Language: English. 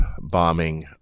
bombing